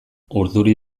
urduri